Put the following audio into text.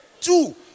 Two